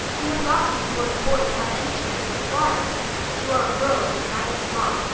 you have got to be born a boy to have any chance worth while if you are a girl it is mighty small,